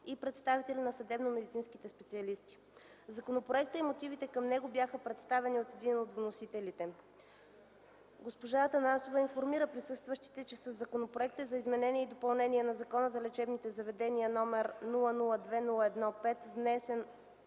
и представители на съдебномедицинските специалисти. Законопроектът и мотивите към него бяха представени от един от вносителите, госпожа Десислава Атанасова. Тя информира присъстващите, че със Законопроекта за изменение и допълнение на Закона за лечебните заведения, № 002-01-5, внесен